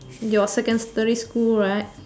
your secondary school right